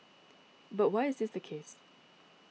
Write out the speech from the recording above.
but why is this the case